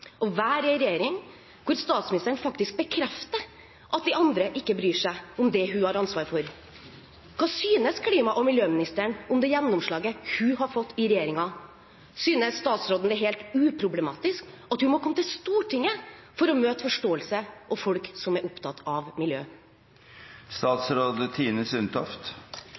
regjering hvor statsministeren faktisk bekrefter at de andre ikke bryr seg om det en har ansvar for? Hva synes klima- og miljøministeren om det gjennomslaget hun har fått i regjeringen? Synes statsråden det er helt uproblematisk at hun må komme til Stortinget for å møte forståelse og folk som er opptatt av miljø?